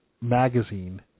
magazine –